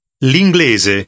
L'inglese